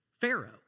Pharaoh